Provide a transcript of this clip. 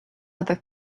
other